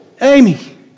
Amy